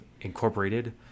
Incorporated